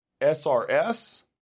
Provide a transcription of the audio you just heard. SRS